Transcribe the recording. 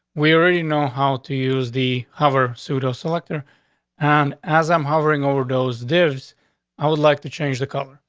we already know how to use the hover pseudo selector on and as i'm hovering over those, there's i would like to change the color.